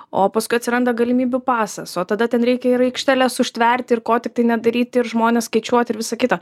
o paskui atsiranda galimybių pasas o tada ten reikia ir aikšteles užtverti ir ko tiktai nedaryti ir žmones skaičiuot ir visa kita